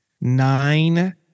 nine